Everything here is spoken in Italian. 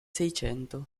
seicento